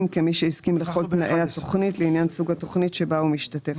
כמי שהסכים לכל תנאי התוכנית לעניין סוג התוכנית שבה הוא משתתף".